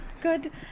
good